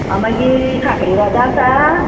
आं मागीर खापरीं रोजां आसा